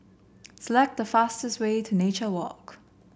select the fastest way to Nature Walk